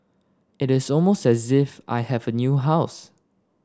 it is almost as if I have a new house